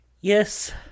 Yes